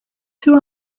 two